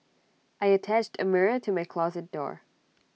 I attached A mirror to my closet door